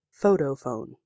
photophone